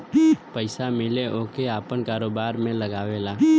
पइसा मिले ओके आपन कारोबार में लगावेला